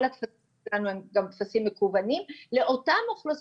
כל הטפסים שלנו הם גם טפסים מקוונים לאותם אוכלוסיות